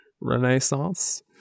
renaissance